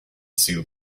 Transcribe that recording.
sue